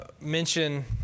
mention